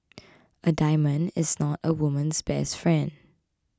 a diamond is not a woman's best friend